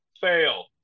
fail